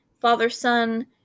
father-son